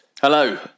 Hello